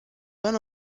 van